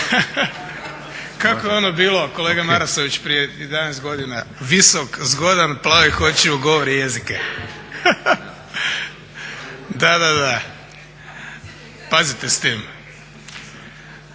kako je ono bilo kolega Marasović prije 11 godina, visok, zgodan, plavih očiju, govori jezike. Da, da. Pazite s tim.